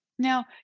Now